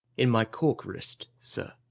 in my cork wrist, sir.